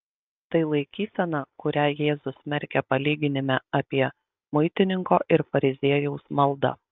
tai laikysena kurią jėzus smerkia palyginime apie muitininko ir fariziejaus maldą